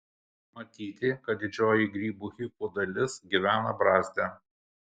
matyti kad didžioji grybų hifų dalis gyvena brazde